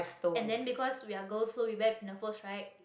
and then because we are girls so we wear pinafore right